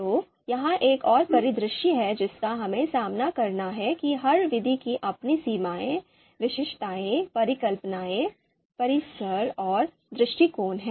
तो यह एक और परिदृश्य है जिसका हमें सामना करना है कि हर विधि की अपनी सीमाएं विशिष्टताएं परिकल्पनाएं परिसर और दृष्टिकोण हैं